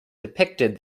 depicted